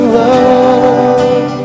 love